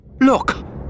look